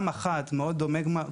עולם מאוד מורכב.